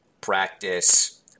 practice